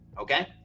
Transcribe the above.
Okay